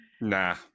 nah